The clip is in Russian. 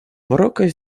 марокко